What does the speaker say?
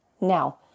Now